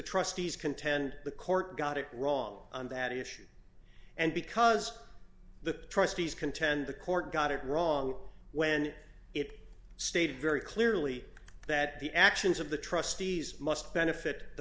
trustees contend the court got it wrong on that issue and because the trustees contend the court got it wrong when it stated very clearly that the actions of the trustees must benefit the